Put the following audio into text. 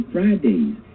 Fridays